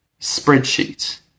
spreadsheet